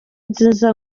nziza